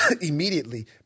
Immediately